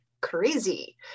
Crazy